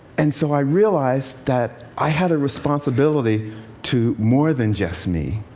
and so i realized that i had a responsibility to more than just me,